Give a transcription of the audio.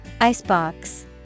icebox